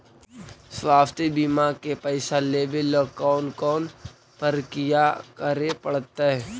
स्वास्थी बिमा के पैसा लेबे ल कोन कोन परकिया करे पड़तै?